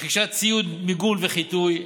רכישת ציוד מיגון וחיטוי,